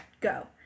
go